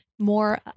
more